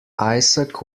isaac